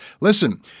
Listen